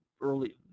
early